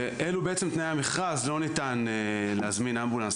ואלו בעצם תנאי המכרז, לא ניתן להזמין אמבולנס.